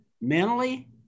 mentally